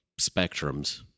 spectrums